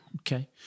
Okay